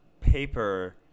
paper